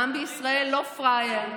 העם בישראל לא פראייר,